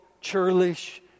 churlish